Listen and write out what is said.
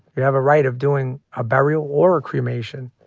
you have a right of doing a burial or a cremation.